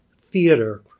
theater